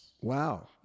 Wow